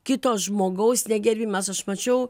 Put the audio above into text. kito žmogaus negerbimas aš mačiau